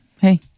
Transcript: hey